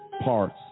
parts